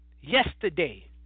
yesterday